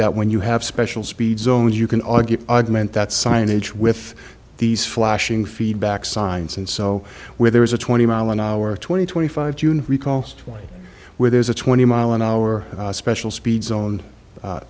that when you have special speed zones you can argue argument that signage with these flashing feedback signs and so where there is a twenty mile and twenty twenty five june recalls twenty where there's a twenty mile an hour special speed zone